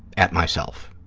at myself.